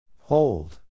Hold